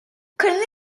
connelly